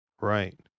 right